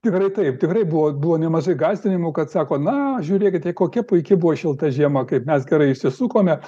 tikrai taip tikrai buvo buvo nemažai gąsdinimų kad sako na žiūrėkite kokia puiki buvo šilta žiema kaip mes gerai išsisukome